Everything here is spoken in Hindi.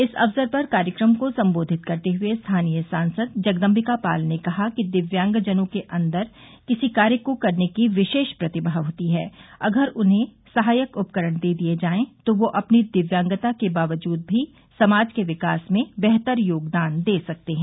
इस अवसर पर कार्यक्रम को संबोधित करते हुए स्थानीय सांसद जगदम्बिका पाल ने कहा कि दिव्यांगजनों के अन्दर किसी कार्य को करने की विशेष प्रतिमा होती है अगर उन्हें सहायक उपकरण दे दिये जाये तो वे अपनी दिव्यांगता के बावजूद भी समाज के विकास में बेहतर योगदान दे सकते हैं